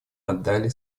отдали